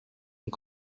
und